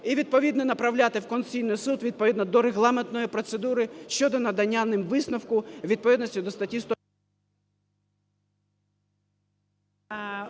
і відповідно направляти в Конституційний Суд відповідно до регламентної процедури щодо надання ним висновку у відповідності до статті…